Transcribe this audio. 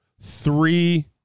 three